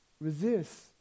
Resist